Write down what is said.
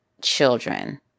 children